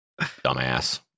Dumbass